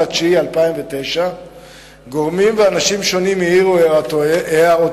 בספטמבר 2009. גורמים ואנשים שונים העירו הערותיהם